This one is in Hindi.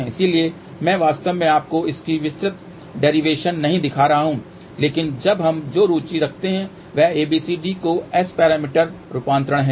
इसलिए मैं वास्तव में आपको इसकी विस्तृत डेरीवेशन नहीं दिखा रहा हूं लेकिन अब हम जो रुचि रखते हैं वह ABCD का S पैरामीटर रूपांतरण है